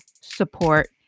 support